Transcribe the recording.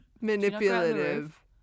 manipulative